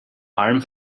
allem